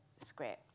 script